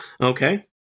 okay